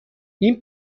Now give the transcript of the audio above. این